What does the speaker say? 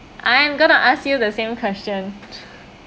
I'm going to ask you the same question